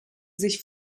sich